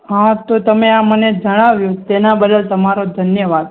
હા તો તમે આ મને જણાવ્યું તેના બદલ તમારો ધન્યવાદ